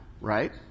right